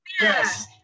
yes